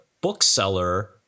bookseller